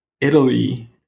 Italy